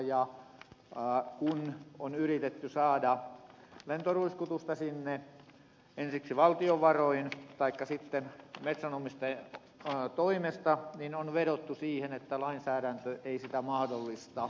ja kun on yritetty saada lentoruiskutusta sinne ensiksi valtion varoin taikka sitten metsänomistajan toimesta niin on vedottu siihen että lainsäädäntö ei sitä mahdollista